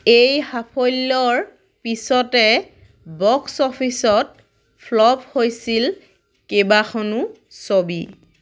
এই সাফল্যৰ পিছতে বক্স অফিচত ফ্লপ হৈছিল কেইবাখনো ছবি